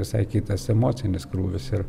visai kitas emocinis krūvis ir